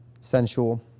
sensual